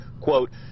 quote